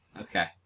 Okay